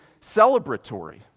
celebratory